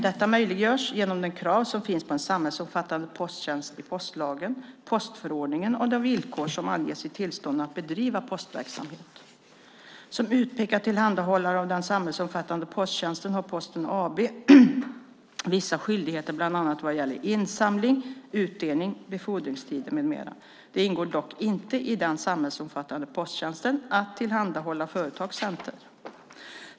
Detta möjliggörs genom de krav som finns på en samhällsomfattande posttjänst i postlagen , i postförordningen och i de villkor som anges i tillstånden att bedriva postverksamhet. Som utpekad tillhandahållare av den samhällsomfattande posttjänsten har Posten AB vissa skyldigheter bland annat vad gäller insamling, utdelning och befordringstider. Det ingår dock inte i den samhällsomfattande posttjänsten att tillhandahålla Företagscenter.